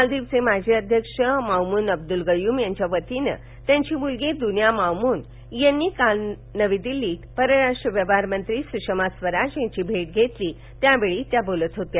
मालदिवचे माजी अध्यक्ष माऊमुन अब्दुल गयूम यांच्या वतीनं त्यांची मुलगी दुन्या माऊमून यांनी काल नवी दिल्लीत परराष्ट्र व्यवहार मंत्री सुषमा स्वराज यांची भेट घेतली त्यावेळी त्या बोलत होत्या